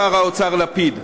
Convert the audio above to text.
שר האוצר לפיד.